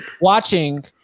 watching